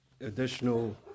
additional